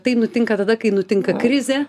tai nutinka tada kai nutinka krizė